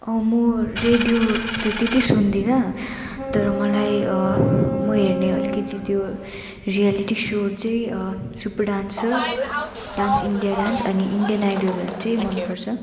म रेडियो त त्यति सुन्दिनँ तर मलाई म हेर्ने अलिकिति त्यो रियलिटी सोहरू चाहिँ super dancer dance India dance अनि इन्डियन आइडलहरू चाहिँ मन पर्छ